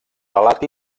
relat